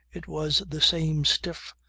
it was the same stiff,